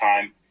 time